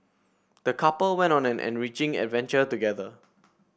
the couple went on an enriching adventure together